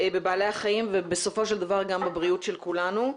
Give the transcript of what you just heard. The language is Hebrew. בבעלי החיים, ובסופו של דבר גם בבריאות של כולנו.